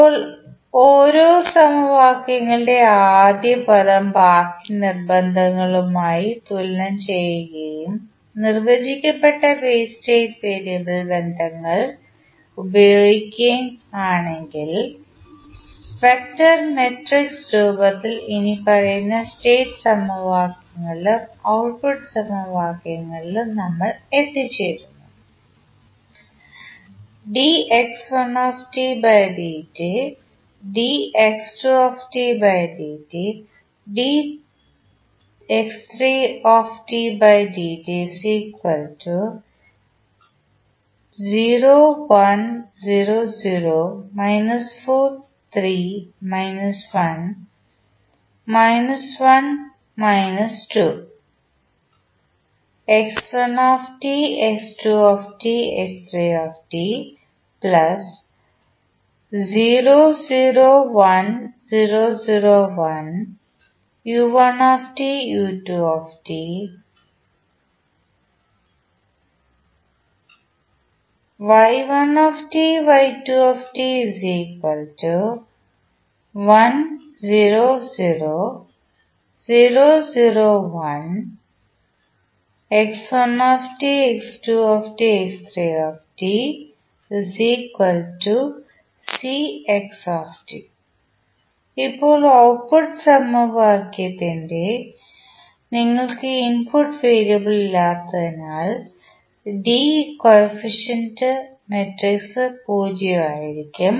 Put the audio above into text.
ഇപ്പോൾ ഓരോ സമവാക്യങ്ങളുടെയും ആദ്യ പദം ബാക്കി നിബന്ധനകളുമായി തുലനം ചെയ്യുകയും നിർവചിക്കപ്പെട്ട സ്റ്റേറ്റ് വേരിയബിൾ ബന്ധങ്ങൾ ഉപയോഗിക്കുകയും ആണെങ്കിൽ വെക്ടർ മാട്രിക്സ് രൂപത്തിൽ ഇനിപ്പറയുന്ന സ്റ്റേറ്റ് സമവാക്യങ്ങളിലും ഔട്ട്പുട്ട് സമവാക്യങ്ങളിലും നമ്മൾ എത്തിച്ചേരുന്നു ഇപ്പോൾ ഔട്ട്പുട്ട് സമവാക്യത്തിൽ നിങ്ങൾക്ക് ഇൻപുട്ട് വേരിയബിൾ ഇല്ലാത്തതിനാൽ ഡി കോയഫിഷ്യൻഡ് മാട്രിക്സ് 0 ആയിരിക്കും